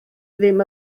ddim